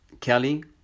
Kelly